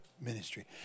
ministry